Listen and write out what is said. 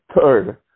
third